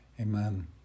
Amen